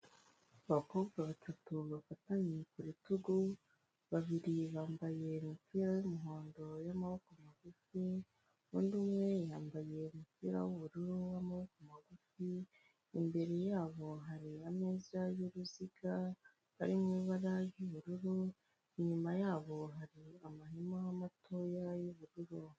Abakobwa batatu bafatanye ku rutugu, babiri bambaye imupira w'umuhondo y'amaboko magufi undi umwe yambaye umupira w'ubururu w'amaboko magufi imbere yabo hareba ameza y'uruziga ari mw'ibara ry'ubururu inyuma yabo hari amahema matoya y'ubururu.